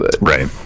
Right